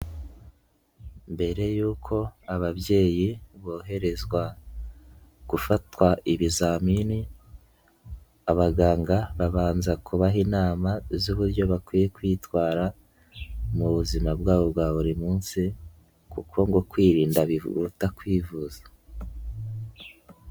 Mbere y'uko ababyeyi boherezwa gufatwa ibizamini, abaganga babanza kubaha inama z'uburyo bakwiye kwitwara, mu buzima bwabo bwa buri munsi kuko ngo kwirinda bihuta kwivuza.